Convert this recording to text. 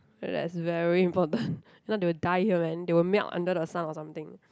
feel that's very important if not they will die here man they will melt under the sun or something